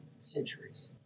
centuries